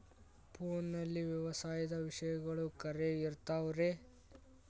ಫೋನಲ್ಲಿ ವ್ಯವಸಾಯದ ವಿಷಯಗಳು ಖರೇ ಇರತಾವ್ ರೇ?